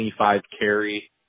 25-carry